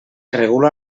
regula